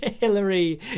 Hillary